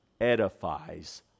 edifies